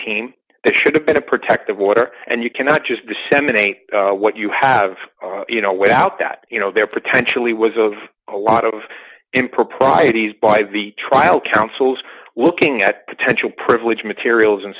team that should have been a protective order and you cannot just disseminate what you have you know without that you know there potentially was of a lot of improprieties by the trial counsel's looking at potential privilege materials and